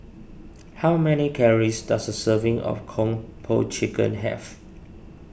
how many calories does a serving of Kung Po Chicken have